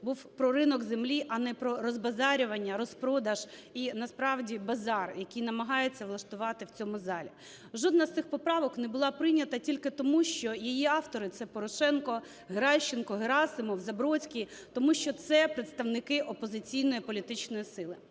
був про ринок землі, а не про розбазарювання, розпродаж і насправді базар, який намагаються влаштувати в цьому залі. Жодна з цих поправок не була прийнята тільки тому, що її автори – це Порошенко, Геращенко, Герасимов, Забродський, тому що це представники опозиційної політичної сили.